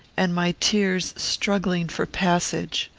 and my tears struggling for passage.